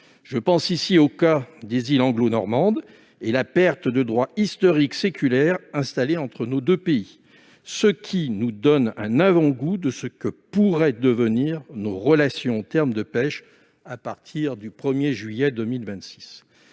Je pense ici au cas des îles anglo-normandes et à la perte de droits historiques séculaires applicables entre nos deux pays, qui nous donne un avant-goût de ce que pourraient devenir nos relations en termes de pêche à partir du 1 juillet 2026.